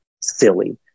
silly